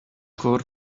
core